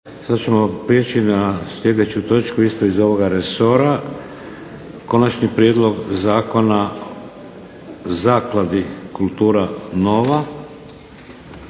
Sad ćemo prijeći na sljedeću točku, isto iz ovoga resora - Konačni prijedlog Zakona Zakladi "Kultura Nova"